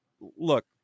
look